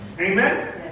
Amen